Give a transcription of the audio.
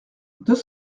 deux